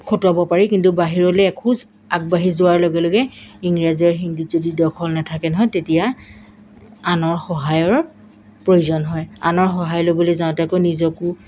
খটুৱাব পাৰি কিন্তু বাহিৰলৈ এখোজ আগবাঢ়ি যোৱাৰ লগে লগে ইংৰাজী আৰু হিন্দীত যদি দখল নাথাকে নহয় তেতিয়া আনৰ সহায়ৰ প্ৰয়োজন হয় আনৰ সহায় ল'বলৈ যাওঁতে আকৌ নিজকো